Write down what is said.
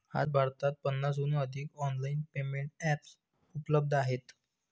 आज भारतात पन्नासहून अधिक ऑनलाइन पेमेंट एप्स उपलब्ध आहेत